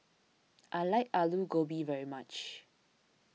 I like Alu Gobi very much